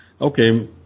okay